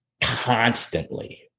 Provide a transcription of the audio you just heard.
constantly